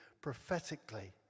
prophetically